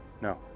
no